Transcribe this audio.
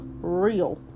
real